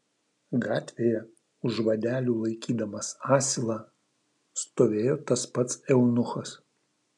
gatvėje už vadelių laikydamas asilą stovėjo tas pats eunuchas